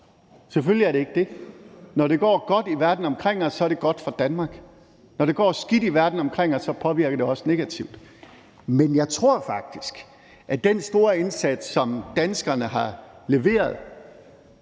Selvfølgelig er det ikke det. Når det går godt i verden omkring os, er det godt for Danmark. Når det går skidt i verden omkring os, påvirker det os negativt. Men jeg tror faktisk, at den store indsats, som danskerne har leveret,